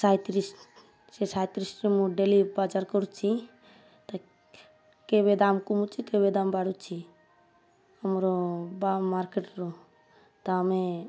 ସାଇତିରିଶ ସେ ସାଇତିରିଶରେ ମୁଁ ଡେଲି ବଜାର କରୁଛି ତ କେବେ ଦାମ କମୁଛି କେବେ ଦାମ ବଢୁଛି ଆମର ବା ମାର୍କେଟ୍ର ତ ଆମେ